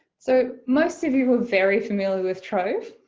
so most of you were very familiar with trove.